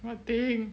what thing